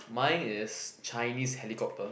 mine is Chinese helicopter